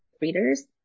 readers